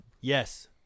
Yes